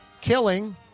killing